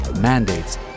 mandates